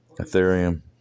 Ethereum